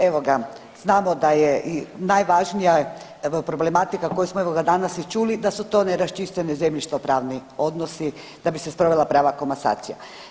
Evoga, znamo da je i najvažnija problematika koju smo evoga danas i čuli da su to neraščišćeni zemljišno pravni odnosi da bi se sprovela prava komasacija.